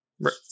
Right